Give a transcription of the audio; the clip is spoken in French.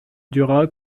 dura